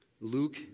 Luke